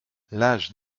l’âge